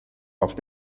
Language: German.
auf